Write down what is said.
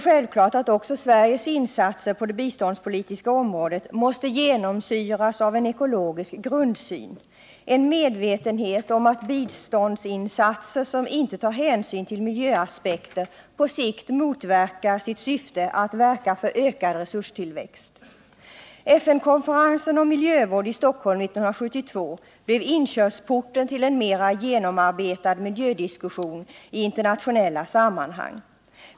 Självfallet måste också Sveriges insatser på det biståndspolitiska området genomsyras av en ekologisk grundsyn, en medvetenhet om att biståndsinsatser som inte tar hänsyn till miljöaspekter på sikt motverkar sitt syfte att verka för ökad resurstillväxt. FN-konferensen om miljövård i Stockholm 1972 blev inkörsporten till en mer genomarbetad miljödiskussion i internationella sammanhang.